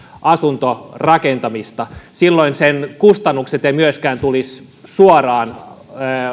asuntorakentamista silloin sen kustannukset eivät myöskään tulisi suoraan